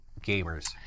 gamers